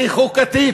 מה נאמר כלפייך.